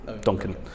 Duncan